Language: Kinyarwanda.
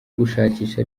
gushakisha